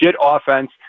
offense